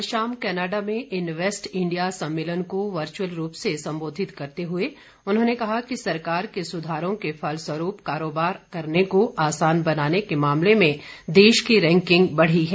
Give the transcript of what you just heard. कल शाम कनाडा में इन्वेस्ट इंडिया सम्मेलन को वर्च्अल रूप से संबोधित करते हुए उन्होंने कहा कि सरकार के सुधारों के फलस्वरूप कारोबार करने को आसान बनाने के मामले में देश की रैंकिंग बढ़ी है